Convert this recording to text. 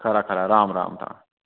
खरा खरा राम राम राम